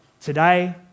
today